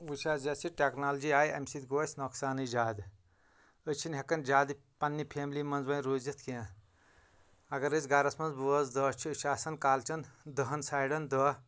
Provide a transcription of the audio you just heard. وٕچھ حظ یۄس یہِ ٹٮ۪کنالجی آیہِ امہِ سۭتۍ گوٚو اسہِ نۄقصانٕے زیادٕ أسۍ چھِنہٕ ہٮ۪کان زیادٕ پننہِ فیملی منٛز وۄنۍ روٗزِتھ کینٛہہ اگر أسۍ گرس منٛز بٲژ دہ چھِ أسۍ چھِ آسان کالچٮ۪ن دہن سایڈن دہ